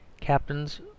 captains